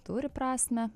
turi prasmę